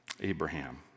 Abraham